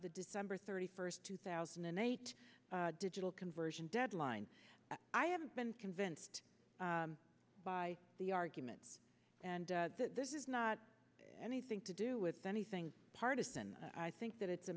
the december thirty first two thousand and eight digital conversion deadline i have been convinced by the argument and this is not anything to do with anything partisan i think that it's a